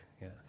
yes